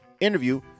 interview